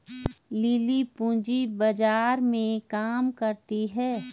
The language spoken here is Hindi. लिली पूंजी बाजार में काम करती है